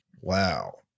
Wow